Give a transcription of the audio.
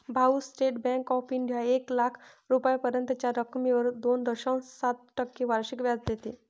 भाऊ, State Bank of India एक लाख रुपयांपर्यंतच्या रकमेवर दोन दशांश सात टक्के वार्षिक व्याज देते